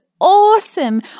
awesome